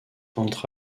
entre